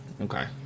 okay